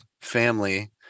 family